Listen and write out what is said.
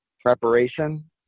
preparation